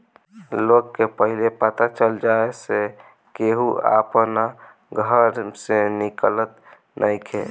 लोग के पहिले पता चल जाए से केहू अपना घर से निकलत नइखे